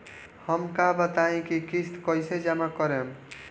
हम का बताई की किस्त कईसे जमा करेम?